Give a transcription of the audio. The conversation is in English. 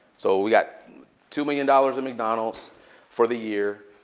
so we got two million dollars in mcdonald's for the year.